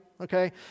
Okay